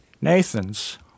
Nathan's